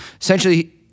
Essentially